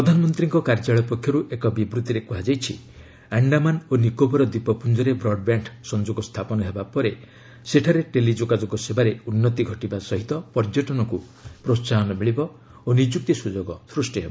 ପ୍ରଧାନମନ୍ତ୍ରୀଙ୍କ କାର୍ଯ୍ୟାଳୟ ପକ୍ଷରୁ ଏକ ବିବୃତ୍ତିରେ କୁହାଯାଇଛି ଆଣ୍ଡାମାନ ଓ ନିକୋବର ଦ୍ୱୀପପୁଞ୍ଜରେ ବ୍ରଡ୍ବ୍ୟାଣ୍ଡ ସଂଯୋଗ ସ୍ଥାପନ ହେବା ପରେ ସେଠାରେ ଟେଲି ଯୋଗାଯୋଗ ସେବାରେ ଉନ୍ନତି ଘଟିବା ସହିତ ପର୍ଯ୍ୟଟନକୁ ପ୍ରୋହାହନ ମିଳିବ ଓ ନିଯୁକ୍ତି ସୁଯୋଗ ସୃଷ୍ଟି ହେବ